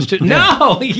No